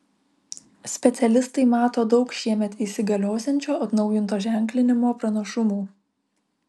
specialistai mato daug šiemet įsigaliosiančio atnaujinto ženklinimo pranašumų